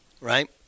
right